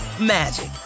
magic